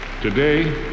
Today